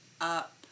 up